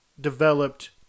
developed